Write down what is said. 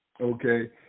okay